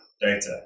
data